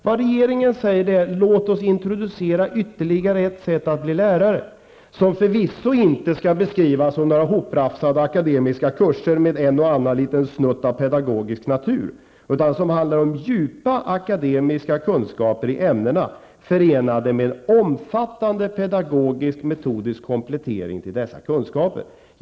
Vad regeringen säger är: Låt oss introducera ytterligare ett sätt att bli lärare, som förvisso inte skall beskrivas som några hoprafsade akademiska kurser med en och annan snutt av pedagogisk natur, utan som handlar om djupa akademiska kunskaper i ämnena, förenade med omfattande pedagogisk och metodisk komplettering till dessa kunskaper.